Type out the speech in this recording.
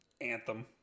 Anthem